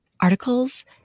articles